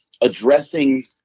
addressing